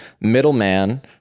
middleman